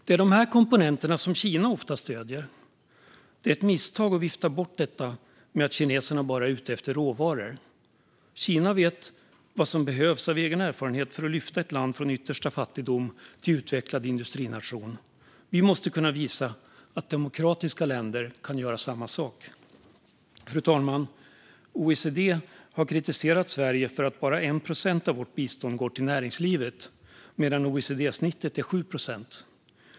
Det är de här komponenterna Kina ofta stöder, och det är ett misstag att vifta bort det med att kineserna bara är ute efter råvaror. Kina vet av egen erfarenhet vad som behövs för att lyfta ett land från yttersta fattigdom till att bli en utvecklad industrination. Vi måste kunna visa att demokratiska länder kan göra samma sak. Fru talman! OECD har kritiserat Sverige för att bara 1 procent av vårt bistånd går till näringslivet medan OECD-snittet är 7 procent.